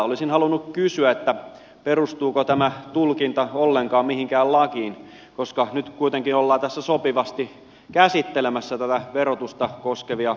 olisin halunnut kysyä perustuuko tämä tulkinta ollenkaan mihinkään lakiin koska nyt kuitenkin ollaan tässä sopivasti käsittelemässä verotusta koskevia lakeja